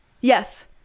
Yes